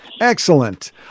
Excellent